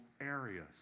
areas